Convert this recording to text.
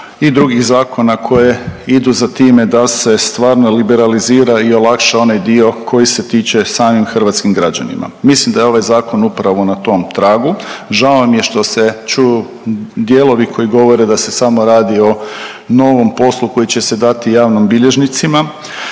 i drugih zakona koje idu za time da se stvarno liberalizira i olakša onaj dio koji se tiče samim hrvatskim građanima. Mislim da je ovaj zakon upravo na tom tragu, žao mi je što se čuju dijelovi koji govore da se samo radi o novom poslu koji će se dati javnom bilježnicima.